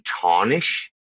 tarnish